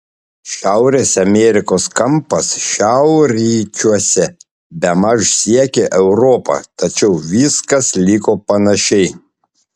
šiaurės amerikos kampas šiaurryčiuose bemaž siekė europą tačiau viskas liko panašiai